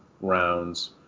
rounds